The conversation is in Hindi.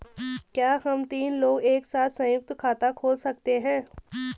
क्या हम तीन लोग एक साथ सयुंक्त खाता खोल सकते हैं?